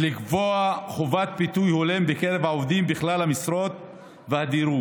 ולקבוע חובת ביטוי הולם בקרב העובדים בכלל המשרות והדירוג